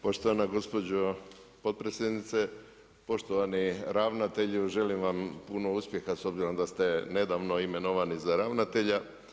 Poštovana gospođo potpredsjednice, poštovani ravnatelju želim vam puno uspjeha s obzirom da ste nedavno imenovani za ravnatelja.